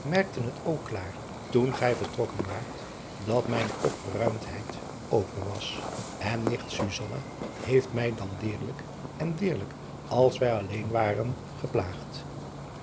merkten het ook klaar toen gij vertrokken waart dat mijne opgeruimdheid over was en nicht heeft mij dan deerlijk en deerlijk als wij alleen waren geplaagd